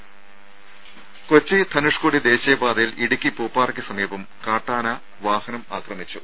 രുഭ കൊച്ചി ധനുഷ്കോടി ദേശീയപാതയിൽ ഇടുക്കി പൂപ്പാറയ്ക്ക് സമീപം കാട്ടാന വാഹനം ആക്രമിച്ചു